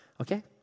okay